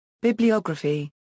bibliography